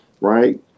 right